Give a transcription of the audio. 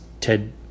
TED